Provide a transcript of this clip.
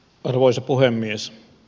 arvoisa puhemies